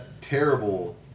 terrible